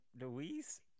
Louise